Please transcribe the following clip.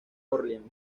orleans